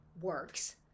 works